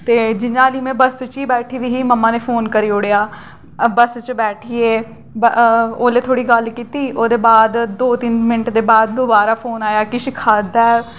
जि'यां हाली हून बस्स च गै बैठी दी ही ते मम्मा ने फोन करी ओड़ेआ बस्स च बैठी गे उसलै थोह्ड़ी गल्ल कीती ओह्दे बाद दो त्रै मिंट बाद दोबारा फोन आया किश खाद्दा